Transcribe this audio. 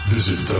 Visit